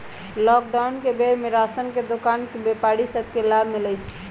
lockdown के बेर में राशन के दोकान के व्यापारि सभ के लाभ मिललइ ह